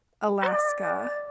Alaska